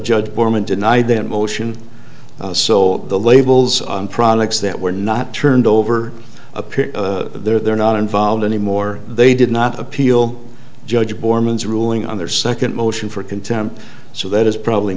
judge borman denied that motion so the labels on products that were not turned over appear they're not involved anymore they did not appeal judge borman is ruling on their second motion for contemp so that is probably